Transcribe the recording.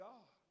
God